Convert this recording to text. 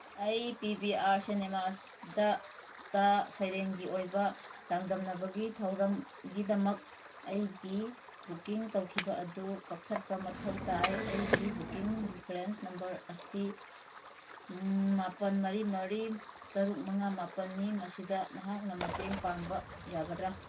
ꯑꯩ P B R ꯁꯦꯅꯦꯃꯥꯁꯇ ꯁꯩꯔꯦꯡꯒꯤ ꯑꯣꯏꯕ ꯆꯥꯡꯗꯝꯅꯕꯒꯤ ꯊꯧꯗꯝꯒꯤꯗꯃꯛ ꯑꯩꯒꯤ ꯕꯨꯀꯤꯡ ꯇꯧꯈꯤꯕ ꯑꯗꯨ ꯀꯛꯊꯠꯄ ꯃꯊꯧ ꯇꯥꯏ ꯑꯩꯒꯤ ꯕꯨꯀꯤꯡ ꯔꯤꯐ꯭ꯔꯦꯟꯁ ꯅꯝꯕꯔ ꯑꯁꯤ ꯃꯥꯄꯜ ꯃꯔꯤ ꯃꯔꯤ ꯇꯔꯨꯛ ꯃꯉꯥ ꯃꯥꯄꯜꯅꯤ ꯃꯁꯤꯗ ꯅꯍꯥꯛꯅ ꯃꯇꯦꯡ ꯄꯥꯡꯕ ꯌꯥꯒꯗ꯭ꯔꯥ